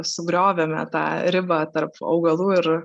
sugriovėme tą ribą tarp augalų ir